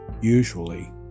Usually